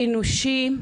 אנושי,